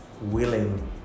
willing